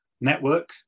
network